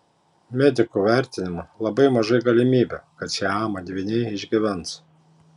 medikų vertinimu labai mažai galimybių kad siamo dvyniai išgyvens